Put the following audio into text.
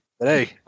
Hey